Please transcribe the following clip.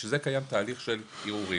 בשביל זה קיים תהליך של ערעורים.